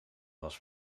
was